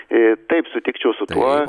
taip sutikčiau su tuo